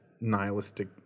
nihilistic